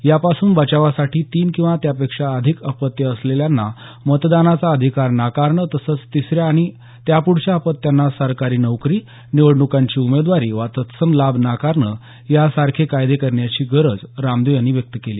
यापासून बचावासाठी तीन किंवा त्यापेक्षा अधिक अपत्य असलेल्यांना मतदानाचा अधिकार नाकारणं तसंच तिसऱ्या आणि त्यापुढच्या अपत्यांना सरकारी नोकरी निवडणुकांची उमेदवारी वा तत्सम लाभ नाकारणं यासारखे कायदे करण्याची गरज रामदेव यांनी व्यक्त केली